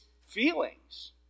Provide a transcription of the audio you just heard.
feelings